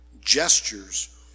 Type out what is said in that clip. gestures